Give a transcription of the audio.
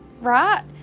right